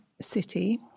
city